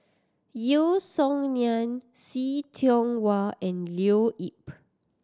Yeo Song Nian See Tiong Wah and Leo Yip